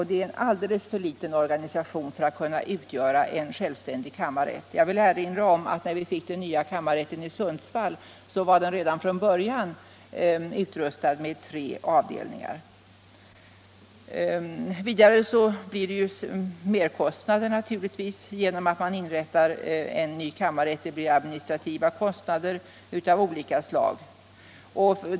Det är en alldeles för liten organisation för att kunna utgöra en självständig kammarrätt. Jag vill erinra om att när vi fick kammarrätten i Sundsvall var den redan från början utrustad med tre avdelningar. Vidare blir det naturligtvis merkostnader om man inrättar en ny kammarrätt —- det blir administrativa kostnader av olika slag.